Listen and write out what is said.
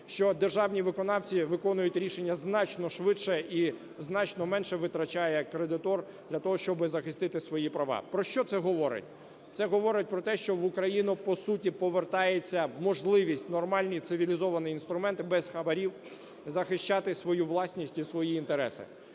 державні виконавці виконують рішення значно швидше, і значно менше витрачає кредитор для того, щоб захистити свої права. Про що це говорить? Це говорить про те, що в Україну, по суті, повертається можливість, нормальні і цивілізовані інструменти, без хабарів захищати свою власність і свої інтереси.